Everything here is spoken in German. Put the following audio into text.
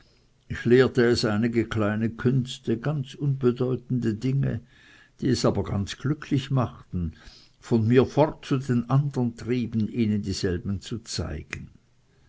ich lernte es einige kleine künste ganz unbedeutende dinge die es aber ganz glücklich machten von mir fort zu den andern trieben ihnen dieselben zu zeigen